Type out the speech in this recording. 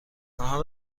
آنها